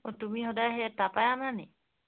অঁ তুমি সদায় সেই তাৰপৰাই আনা নেকি